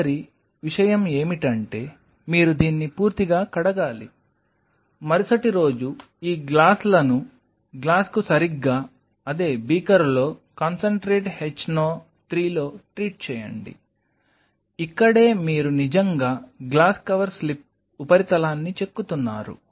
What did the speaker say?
తదుపరి విషయం ఏమిటంటే మీరు దీన్ని పూర్తిగా కడగాలి మరుసటి రోజు ఈ గ్లాసులను గ్లాస్కు సరిగ్గా అదే బీకర్లో కాన్సంట్రేట్ హెచ్నో 3లో ట్రీట్ చేయండి ఇక్కడే మీరు నిజంగా గ్లాస్ కవర్ స్లిప్ ఉపరితలాన్ని చెక్కుతున్నారు